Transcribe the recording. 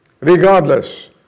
regardless